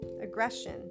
aggression